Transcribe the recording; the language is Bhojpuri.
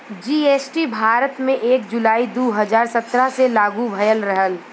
जी.एस.टी भारत में एक जुलाई दू हजार सत्रह से लागू भयल रहल